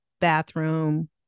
bathroom